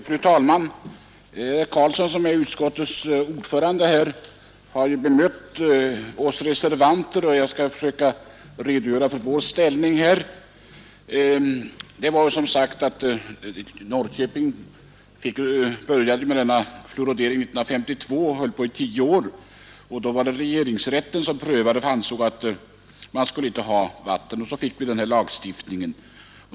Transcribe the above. Fru talman! Herr Karlsson i Huskvarna, som är utskottets ordförande, har ju bemött oss reservanter. Jag skall försöka redogöra för vår inställning. Norrköping började med fluoridering 1952 och höll på i tio år. Regeringsrätten, som prövade ärendet, ansåg att man inte skulle ha fluoriderat vatten. Då fick vi denna lagstiftning.